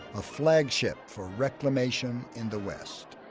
a flagship for reclamation in the west.